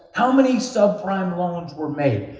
how many subprime loans were made,